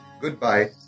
goodbye